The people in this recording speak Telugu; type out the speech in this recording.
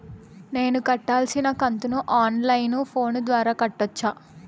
నేను కట్టాల్సిన కంతును ఆన్ లైను ఫోను ద్వారా కట్టొచ్చా?